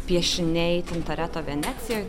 piešiniai tintoreto venecijoj